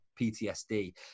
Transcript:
PTSD